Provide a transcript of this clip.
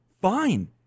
fine